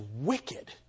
wicked